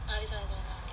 ah this [one] this [one]